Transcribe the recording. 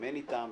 להתאמן איתם.